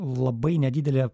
labai nedidelė